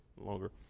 longer